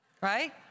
right